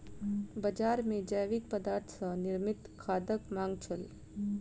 बजार मे जैविक पदार्थ सॅ निर्मित खादक मांग छल